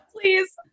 Please